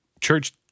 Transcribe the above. church